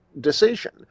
decision